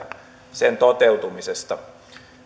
sen toteutumisesta